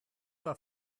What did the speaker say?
war